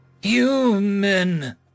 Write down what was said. Human